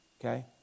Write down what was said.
Okay